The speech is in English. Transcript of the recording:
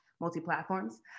multi-platforms